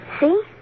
See